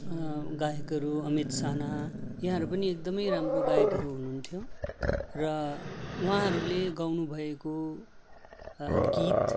गायकहरू अमित साना यहाँहरू पनि एकदमै राम्रो गायकहरू हुनुहुन्थ्यो र उहाँहरूले गाउनुभएको गीत